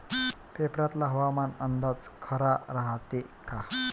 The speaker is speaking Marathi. पेपरातला हवामान अंदाज खरा रायते का?